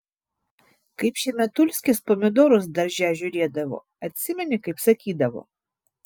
kaip šemetulskis pomidorus darže žiūrėdavo atsimeni kaip sakydavo